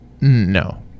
No